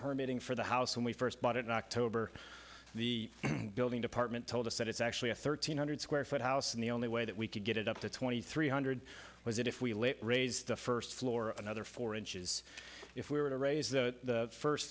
permit in for the house when we first bought it in october the building department told us that it's actually a thirteen hundred square foot house and the only way that we could get it up to twenty three hundred was if we let raised the first floor another four inches if we were to raise the first